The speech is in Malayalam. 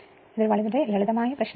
അതിനാൽ ഈ പ്രശ്നം ഒരു ലളിതമായ പ്രശ്നമാണ്